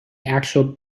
actual